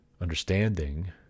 understanding